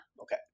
Okay